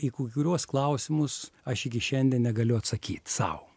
į kai kuriuos klausimus aš iki šiandien negaliu atsakyt sau